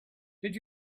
did